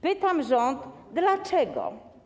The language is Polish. Pytam rząd: Dlaczego?